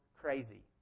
crazy